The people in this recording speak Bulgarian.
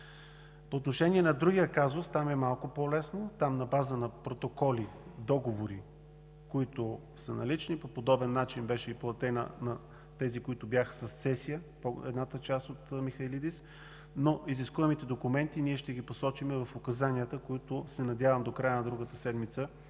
По отношение на другия казус: там е малко по-лесно – на база на протоколи, договори, които са налични; по подобен начин беше платено на тези, които бяха с цесия – едната част от „Михайлидис“; но изискуемите документи ние ще ги посочим в указанията, които се надявам до края на другата седмица